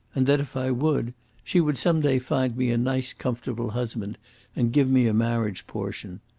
and that if i would she would some day find me a nice, comfortable husband and give me a marriage portion.